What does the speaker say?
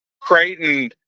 Creighton